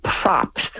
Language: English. props